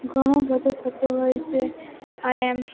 ઘણું બધું થતું હોય છે અને